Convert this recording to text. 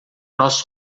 nossos